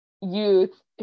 youth